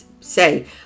say